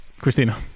christina